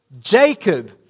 Jacob